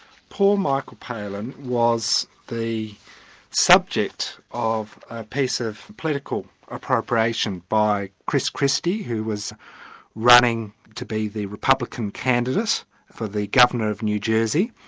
poor michael palin was the subject of a piece of political appropriation by chris christie who was running to be the republican candidate for the governor of new jersey,